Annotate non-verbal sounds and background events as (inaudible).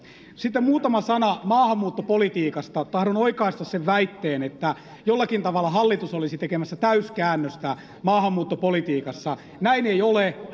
sitten muutama sana maahanmuuttopolitiikasta tahdon oikaista sen väitteen että jollakin tavalla hallitus olisi tekemässä täyskäännöstä maahanmuuttopolitiikassa näin ei ole (unintelligible)